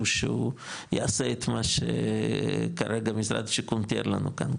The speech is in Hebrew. שהוא יעשה את מה שכרגע משרד שיכון תיאר לנו כאן,